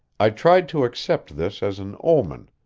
i tried to accept this as an omen,